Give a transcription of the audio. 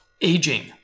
aging